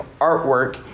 artwork